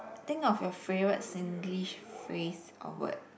think of your favourite Singlish phrase or word